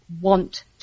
want